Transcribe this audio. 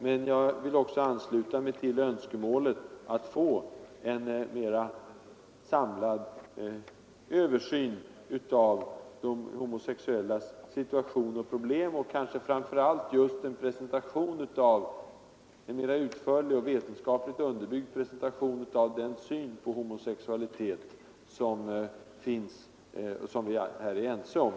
Men jag vill också ansluta mig till önskemålet att få en mer samlad översyn av de homosexuellas situation och problem, kanske framför allt just en utförlig och vetenskapligt underbyggd presentation av den syn på homosexualitet som vi är ense om.